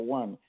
one